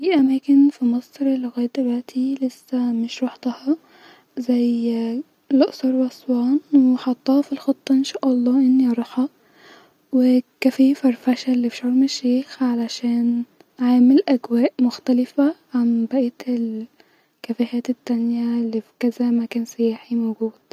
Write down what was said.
الجمباز والملاكمه والسباحه ورفع الاثقال من اكتر الرياضات-الي بتحتاج قوه بدانيه كبيره-اليوجا-وركوب الدراجات من الرياضات-الي بتحتاج قوه بدانيه قليله